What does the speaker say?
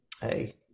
Hey